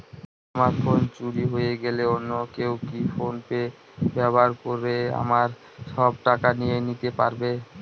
আমার ফোন চুরি হয়ে গেলে অন্য কেউ কি ফোন পে ব্যবহার করে আমার সব টাকা নিয়ে নিতে পারবে?